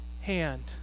hand